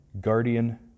guardian